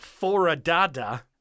Foradada